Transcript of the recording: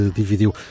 dividiu